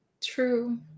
true